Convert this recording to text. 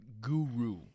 guru